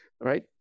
Right